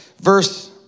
Verse